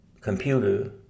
computer